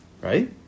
right